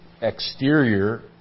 Exterior